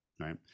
Right